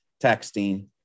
texting